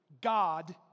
God